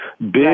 Big